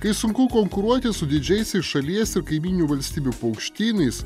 kai sunku konkuruoti su didžiaisiais šalies ir kaimyninių valstybių paukštynais